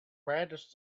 brandished